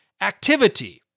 activity